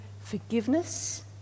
forgiveness